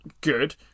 good